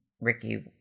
Ricky